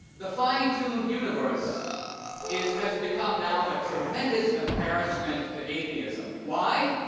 the fine-tuned universe is has become now a tremendous embarrassment to atheism. why?